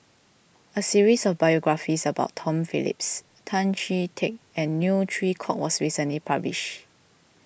a series of biographies about Tom Phillips Tan Chee Teck and Neo Chwee Kok was recently published